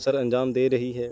سر انجام دے رہی ہے